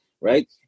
right